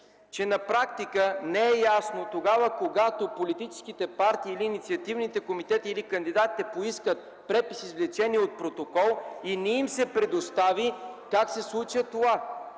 че на практика не е ясно тогава, когато политическите партии или инициативните комитети, или кандидатите поискат препис-извлечение от протокол и не им се предостави, как се случва това?